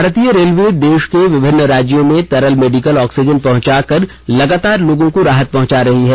भारतीय रेलवे देश के विभिन्न राज्यों में तरल मेडिकल ऑक्सीजन पहुंचाकर लगातार लोगों को राहत पहुंचा रही है